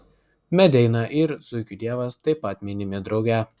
medeina ir zuikių dievas taip pat minimi drauge